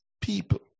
people